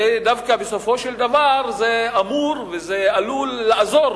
דווקא בסופו של דבר זה אמור וזה עלול לעזור